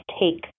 take